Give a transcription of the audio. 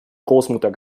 großmutter